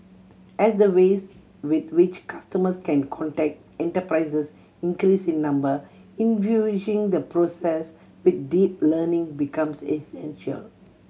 as the ways with which customers can contact enterprises increase in number infusing the process with deep learning becomes essential